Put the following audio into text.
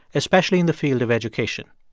especially in the field of education.